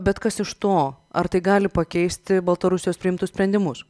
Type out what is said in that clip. bet kas iš to ar tai gali pakeisti baltarusijos priimtus sprendimus